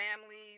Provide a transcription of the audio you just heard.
families